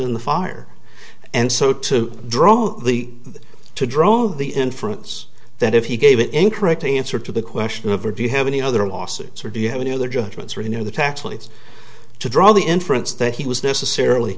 in the fire and so to draw the to draw the inference that if he gave it incorrect answer to the question of are do you have any other lawsuits or do you have any other judgments or you know the tax leads to draw the inference that he was necessarily